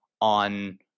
on